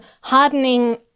hardening